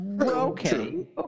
Okay